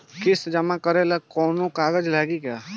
किस्त जमा करे ला कौनो कागज लागी का?